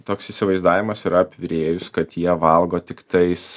toks įsivaizdavimas yra apie virėjus kad jie valgo tiktais